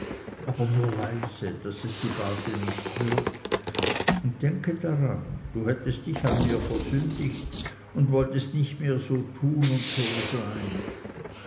aber nur leise daß es die base nicht hört und denke daran du hättest dich an mir versündigt und wollest nicht mehr so tun und so sein